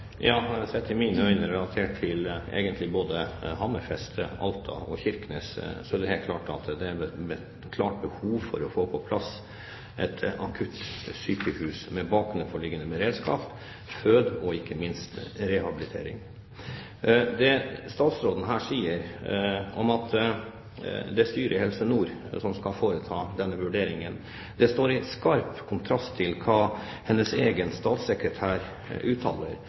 Relatert egentlig til både Hammerfest, Alta og Kirkenes er det sett med mine øyne helt klart at det er et stort behov for å få på plass et akuttsykehus med bakenforliggende beredskap, fødeavdeling og ikke minst rehabilitering. Det statsråden her sier, at det er styret i Helse Nord som skal foreta denne vurderingen, står i skarp kontrast til hva hennes egen statssekretær uttaler